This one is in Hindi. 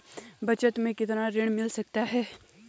बचत मैं कितना ऋण मिल सकता है?